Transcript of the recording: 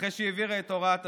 אחרי שהיא העבירה את הוראת השעה.